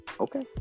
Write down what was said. Okay